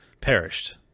perished